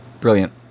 Brilliant